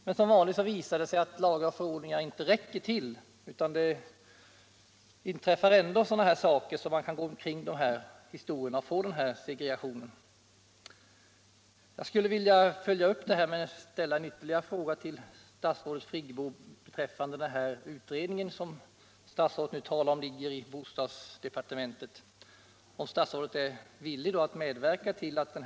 Men som vanligt visar det sig att lagar och förordningar inte räcker till, det inträffar ändå händelser som visar att man kan kringgå dem och vi får en segregation. Jag vill därför ställa ytterligare en fråga till statsrådet Friggebo beträffande den utredning som statsrådet säger ligger i bostadsdepartementet.